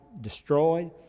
destroyed